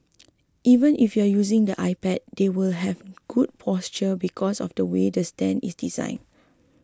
even if you're using the iPad they will have good posture because of the way the stand is designed